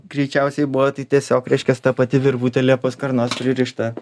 greičiausiai buvo tai tiesiog reiškias ta pati virvutė liepos karnos pririšta